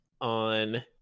on